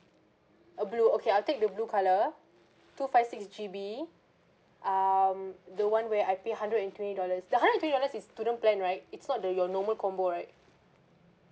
uh blue okay I'll take the blue colour two five six G_B um the one where I pay hundred and twenty dollars the hundred and twenty dollars is student plan right it's not the your normal combo right